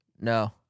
No